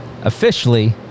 officially